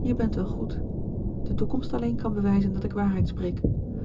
je bent wel goed de toekomst alleen kan bewijzen dat ik waarheid spreek